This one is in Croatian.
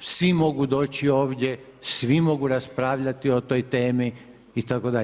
svi mogu doći ovdje, svi mogu raspravljati o toj temi itd.